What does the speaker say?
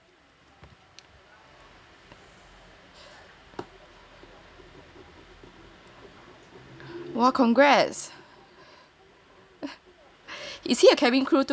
!wow! congrats is he a cabin crew too